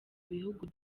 bihugu